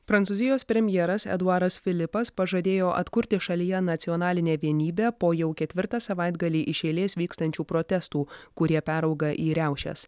prancūzijos premjeras eduaras filipas pažadėjo atkurti šalyje nacionalinę vienybę po jau ketvirtą savaitgalį iš eilės vykstančių protestų kurie perauga į riaušes